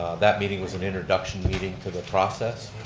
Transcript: that meeting was an introduction meeting for the process,